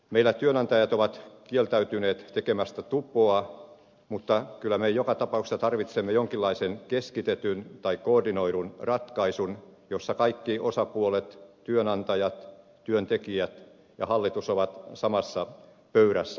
meillä työnantajat ovat kieltäytyneet tekemästä tupoa mutta kyllä me joka tapauksessa tarvitsemme jonkinlaisen keskitetyn tai koordinoidun ratkaisun jossa kaikki osapuolet työnantajat työntekijät ja hallitus ovat samassa pöydässä